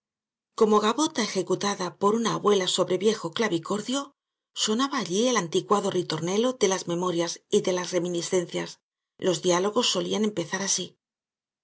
como gavota ejecutada por una abuela sobre viejo clavicordio sonaba allí el anticuado ritornelo de las memorias y de las reminiscencias los diálogos solían empezar así